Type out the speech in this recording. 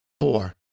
Four